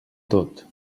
tot